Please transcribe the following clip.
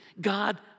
God